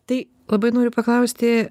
tai labai noriu paklausti